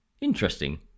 Interesting